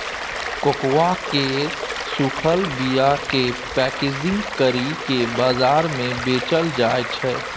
cocoa केर सूखल बीयाकेँ पैकेजिंग करि केँ बजार मे बेचल जाइ छै